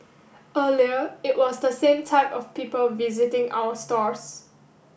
earlier it was the same type of people visiting our stores